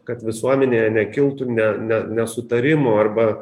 kad visuomenėje nekiltų ne ne nesutarimų arba